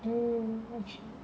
hmm okay